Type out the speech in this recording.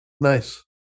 nice